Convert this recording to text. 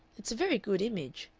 it's a very good image,